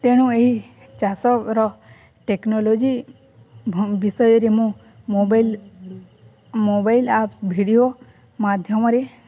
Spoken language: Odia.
ତେଣୁ ଏହି ଚାଷର ଟେକ୍ନୋଲୋଜି ବିଷୟରେ ମୁଁ ମୋବାଇଲ ମୋବାଇଲ ଆପ୍ସ ଭିଡିଓ ମାଧ୍ୟମରେ